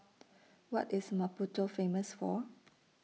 What IS Maputo Famous For